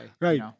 Right